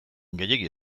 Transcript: gehiegi